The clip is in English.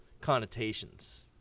connotations